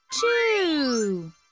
two